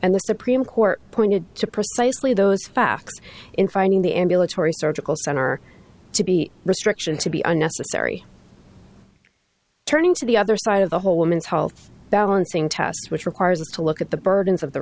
and the supreme court pointed to precisely those facts in finding the ambulatory surgical center to be restriction to be unnecessary turning to the other side of the whole woman's health balancing test which requires us to look at the burdens of the